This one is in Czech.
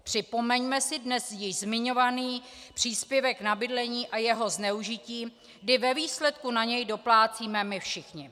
Připomeňme si dnes již zmiňovaný příspěvek na bydlení a jeho zneužití, kdy ve výsledku na něj doplácíme my všichni.